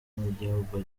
nk’igihugu